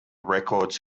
records